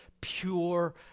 pure